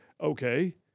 Okay